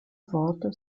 worte